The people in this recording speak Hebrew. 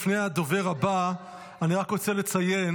לפני הדובר הבא אני רק רוצה לציין